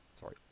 Sorry